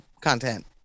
content